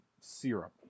syrup